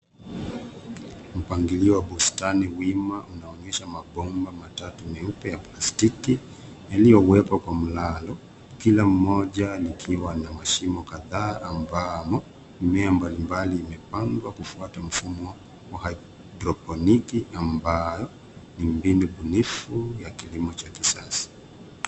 Mpangilio wa bustani wima, unaonyesha mabomba matatu myeupe ya plastiki yaliyowekwa kwa mlalo, kila mmoja likiwa na mashimo kadhaa ambamo, mimea mbalimbali imepangwa, kufuata mfumo wa haidroponiki ambayo ni mbinu bunifu ya kilimo cha kisasa.